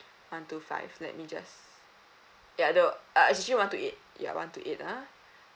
one two five let me just ya it's actually one two eight ya one two eight uh